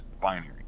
binary